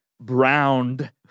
Browned